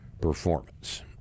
performance